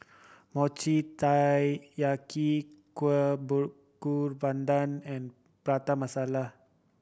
Mochi Taiyaki Kueh Bakar Pandan and Prata Masala